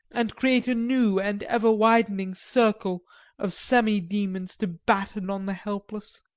and create a new and ever-widening circle of semi-demons to batten on the helpless.